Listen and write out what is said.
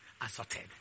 assorted